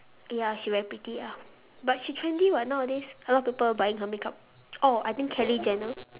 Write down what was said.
ya she very pretty ah but she trendy [what] nowadays a lot of people buying her makeup orh I think kylie-jenner